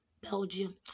Belgium